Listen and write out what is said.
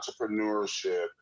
entrepreneurship